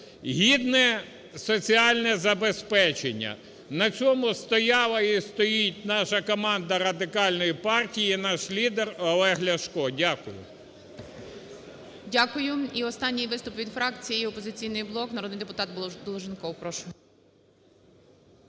гідне соціальне забезпечення. На цьому стояла і стоїть наша команда Радикальної партії і наш лідер Олег Ляшко. Дякую. ГОЛОВУЮЧИЙ. Дякую. І останній виступ. Від фракції "Опозиційний блок" народний депутат Долженков, прошу.